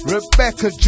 Rebecca